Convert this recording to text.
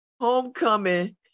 homecoming